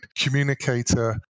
communicator